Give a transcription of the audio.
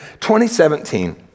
2017